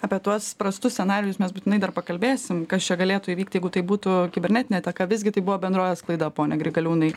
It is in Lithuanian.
apie tuos prastus scenarijus mes būtinai dar pakalbėsim kas čia galėtų įvykti jeigu tai būtų kibernetinė ataka visgi tai buvo bendrovės klaida pone grigaliūnai